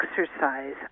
exercise